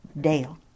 Dale